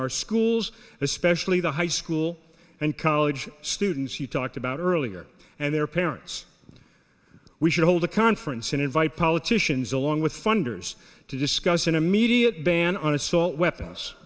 our schools especially the high school and college students he talked about earlier and their parents we should hold a conference and invite politicians along with funders to discuss an immediate ban on assault weapons